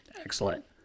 Excellent